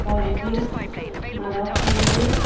হয়গ্ৰীব মাধৱ মন্দিৰ